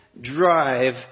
drive